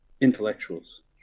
intellectuals